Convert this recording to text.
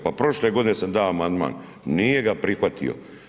Pa prošle godine sam dao amandman, nije ga prihvatio.